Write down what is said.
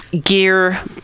gear